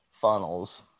funnels